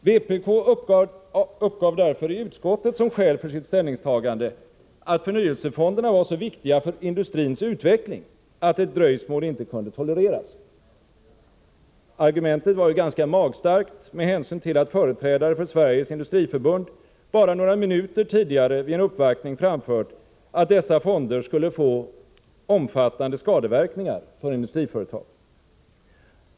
Vpk uppgav därför i utskottet som skäl för sitt ställningstagande att förnyelsefonderna var så viktiga för industrins utveckling att ett dröjsmål inte kunde tolereras. Argumentet var ganska magstarkt med hänsyn till att företrädare för Sveriges industriförbund bara några minuter tidigare vid en uppvaktning framfört att dessa fonder skulle få omfattande skadeverkningar för industriföretagen.